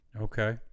Okay